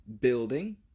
building